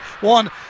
one